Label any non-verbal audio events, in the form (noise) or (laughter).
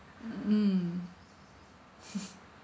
mm (laughs)